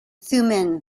thummim